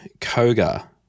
Koga